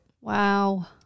Wow